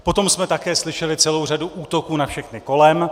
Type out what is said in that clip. Potom jsme také slyšeli celou řadu útoků na všechny kolem.